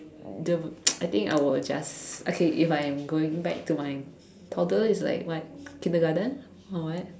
the I think I would just okay if I'm going back to my toddler is like what Kindergarten or what